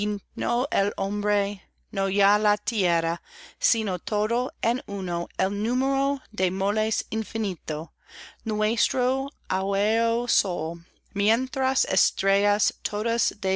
no ya la tierra sino todo en uno el número de moles infinito nuestro áureo sol mientras